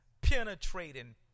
penetrating